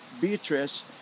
Beatrice